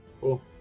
cool